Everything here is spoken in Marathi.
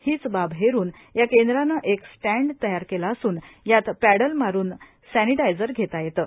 हीच बाब हेरुन या केंद्रानं एक स्टँड तयार केला असून यात पॅडल मारून सॅनिटायजर घेता येतं